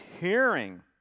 hearing